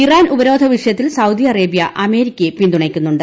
Iran ഉപരോധ വിഷയത്തിൽ Saudi Arabia അമേരിക്കയെ പിന്തുണയ്ക്കുന്നുണ്ട്